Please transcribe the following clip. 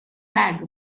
bag